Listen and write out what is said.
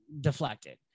deflected